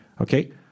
Okay